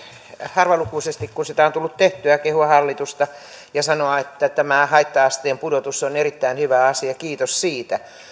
harvalukuisesti kun sitä on tullut tehtyä kehua hallitusta ja sanoa että tämä haitta asteen pudotus on erittäin hyvä asia kiitos siitä